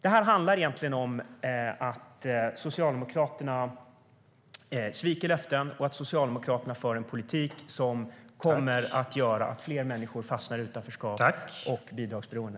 Det handlar egentligen om att Socialdemokraterna sviker löften och att Socialdemokraterna för en politik som kommer att göra att fler människor fastnar i utanförskap och bidragsberoende.